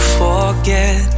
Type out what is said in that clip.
forget